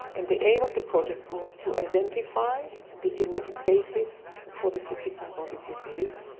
and the aim of the project was to identify the genetic basis for the cystic fibrosis disease,